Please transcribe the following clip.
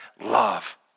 love